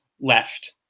left